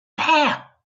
there